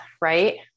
Right